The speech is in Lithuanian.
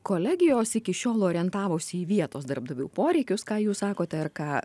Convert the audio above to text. kolegijos iki šiol orientavosi į vietos darbdavių poreikius ką jūs sakote ir ką